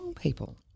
people